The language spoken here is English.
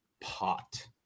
pot